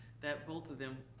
that both of them,